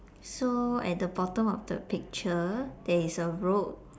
so at the bottom of the picture there is a road